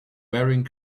wearing